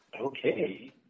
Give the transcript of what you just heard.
Okay